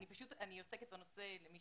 אני עוסקת בנושא הרבה